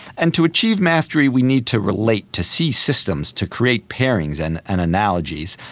and to achieve mastery we need to relate, to see systems, to create pairings and and analogies.